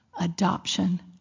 adoption